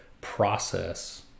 process